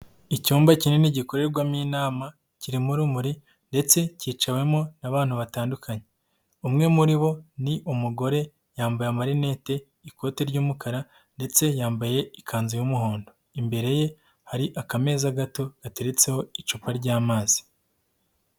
Icyumba kinini gikorerwamo inama, kirimo urumuri, ndetse kicawemo n'abantu batandukanye. Umwe muri bo ni umugore yambaye amarinete, ikote ry'umukara, ndetse yambaye ikanzu y'umuhondo. Imbere ye hari akameza gato, gateretseho icupa ry'amazi.